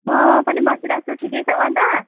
म पनि बसिरहेको छु ठिकै छौ अन्त